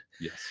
Yes